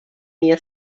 mia